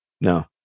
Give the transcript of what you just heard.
no